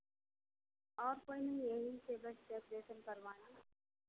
और कोई नहीं यहीं से बस डेकोरेशन करवाना है